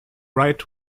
right